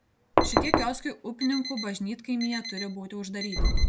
šitie kioskai upninkų bažnytkaimyje turi būti uždaryti